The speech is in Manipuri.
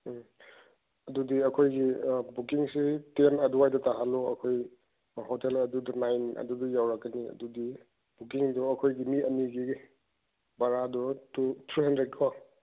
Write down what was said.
ꯎꯝ ꯑꯗꯨꯗꯤ ꯑꯩꯈꯣꯏꯒꯤ ꯕꯨꯀꯀꯤꯡꯁꯤ ꯇꯦꯟ ꯑꯗꯨꯋꯥꯏꯗ ꯇꯥꯍꯜꯂꯣ ꯑꯩꯈꯣꯏ ꯍꯣꯇꯦꯜ ꯑꯗꯨꯗ ꯅꯥꯏꯟ ꯑꯗꯨꯗ ꯌꯧꯔꯛꯀꯅꯤ ꯑꯗꯨꯗꯤ ꯕꯨꯀꯀꯤꯡꯗꯣ ꯑꯩꯈꯣꯏꯒꯤ ꯃꯤ ꯑꯅꯤꯒꯤ ꯕꯔꯥꯗꯣ ꯊ꯭ꯔꯤ ꯍꯟꯗ꯭ꯔꯦꯗꯀꯣ